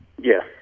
Yes